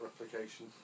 replication